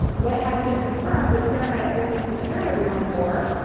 what has been confirmed, what sarah and i have always prepared everyone for,